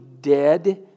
dead